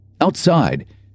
Outside